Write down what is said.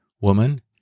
Woman